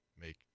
make